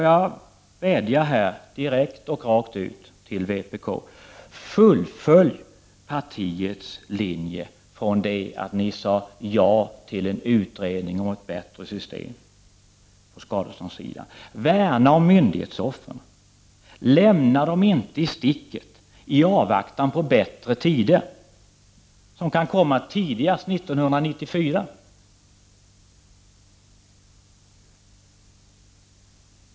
Jag vädjar direkt och rakt ut till vpk: Fullfölj partiets linje från det att ni sade ja till en utredning om ett bättre system på skade ståndssidan! Värna om myndighetsoffren! Lämna dem inte i sticket i avvaktan på bättre tider som kan komma tidigast 1994!